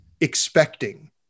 expecting